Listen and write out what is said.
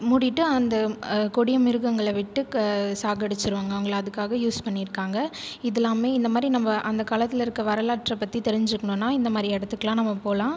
மூடிவிட்டு அந்த கொடிய மிருகங்களை விட்டு சாகடிச்சுருவாங்க அவங்களை அதுக்காக யூஸ் பண்ணியிருக்காங்க இதெலாமே இந்த மாதிரி நம்ப அந்த காலத்தில் இருக்கற வரலாற்றை பற்றி தெரிஞ்சிக்கனுன்னால் இந்த மாதிரி இடத்துக்லாம் நம்ப போகலாம்